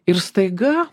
ir staiga